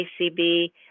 ACB